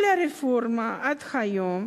כל הרפורמות עד היום